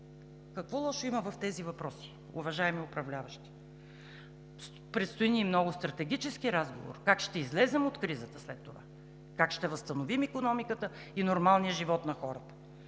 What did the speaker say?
Какво лошо има в тези въпроси, уважаеми управляващи? Предстои ни много стратегически разговор – как ще излезем от кризата след това, как ще възстановим и нормалния живот на хората?